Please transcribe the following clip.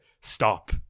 stop